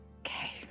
Okay